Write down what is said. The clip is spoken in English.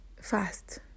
fast